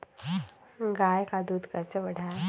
गाय का दूध कैसे बढ़ाये?